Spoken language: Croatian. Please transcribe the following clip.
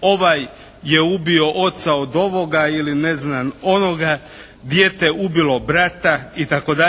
ovaj je ubio oca od ovoga ili ne znam onoga, dijete ubilo brata itd.